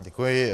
Děkuji.